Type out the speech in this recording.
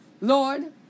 Lord